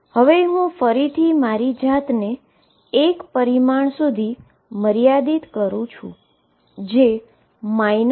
હવે હું ફરીથી મારી જાતને 1 ડાઈમેન્શન સુધી મર્યાદિત કરું છું